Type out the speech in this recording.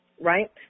Right